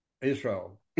Israel